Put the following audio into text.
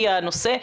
היא הנושא.